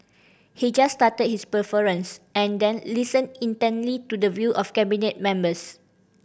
he just started his preference and then listened intently to the view of Cabinet members